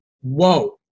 whoa